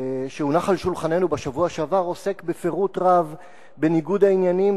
שהונח על שולחננו בשבוע שעבר עוסק בפירוט רב בניגוד העניינים